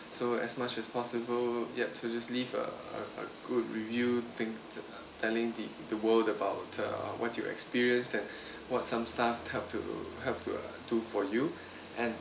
so as much as possible yup so just leave uh a a good review think~ th~ telling the the world about uh what you experienced and what some staff helped to helped to do for you and